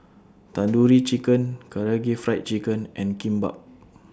Tandoori Chicken Karaage Fried Chicken and Kimbap